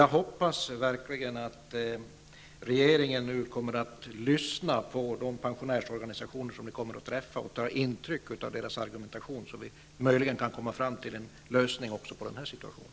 Jag hoppas verkligen att regeringen nu kommer att lyssna på de pensionärsorganisationer som skall delta i överläggningen och att ni tar intryck av deras argumentation, så att det går att komma fram till en lösning också av den här situationen.